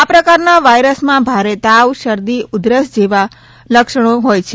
આ પ્રકારના વાયરસમાં ભારે તાવ શરદી ઉઘરસ જેવા લક્ષણો છે